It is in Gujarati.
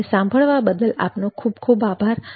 મને સાંભળવા બદલ આપનો ખૂબ ખૂબ આભાર